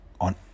on